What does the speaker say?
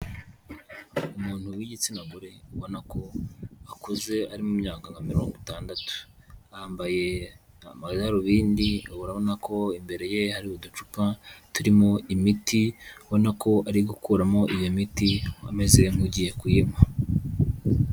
Umuntu w'igitsinagore ubona ko akuze ari mu myaka nka mirongo itandatu, yambaye amadarubindi, urabona ko imbere ye hari uducupa turimo imiti, ubona ko ari gukuramo iyo miti ameze nk'ugiye kuyinywa.